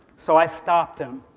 so i stopped him.